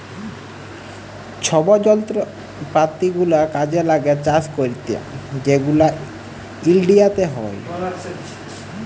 ছব যলত্রপাতি গুলা কাজে ল্যাগে চাষ ক্যইরতে সেগলা ইলডিয়াতে হ্যয়